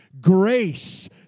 grace